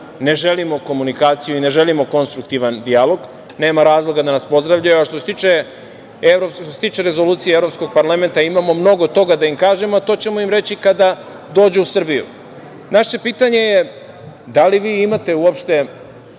ne želimo komunikaciju i ne želimo konstruktivan dijalog. Nema razloga da nas pozdravljaju. Što se tiče rezolucije Evropskog parlamenta, imamo mnogo toga da im kažemo, a to ćemo im reći kada dođu u Srbiju. Naše pitanje je, da li vi imate uopšte